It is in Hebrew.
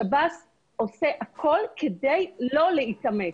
שב"ס עושה הכול כדי לא להתאמץ.